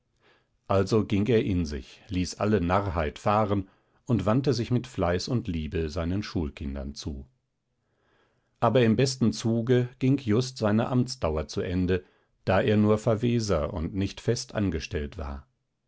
also ging er in sich ließ alle narrheit fahren und wandte sich mit fleiß und liebe seinen schulkindern zu aber im besten zuge ging just seine amtsdauer zu ende da er nur verweser und nicht fest angestellt war